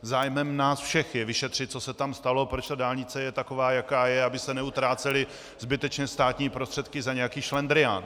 Zájmem nás všech je vyšetřit, co se tam stalo, proč je dálnice taková, jaká je, aby se neutrácely zbytečně státní prostředky za nějaký šlendrián.